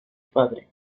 padre